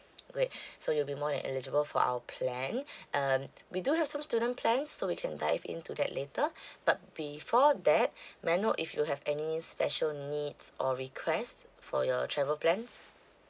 great so you'll be more than eligible for our plan um we do have some student plan so we can dive into that later but before that may I know if you have any special needs or request for your travel plans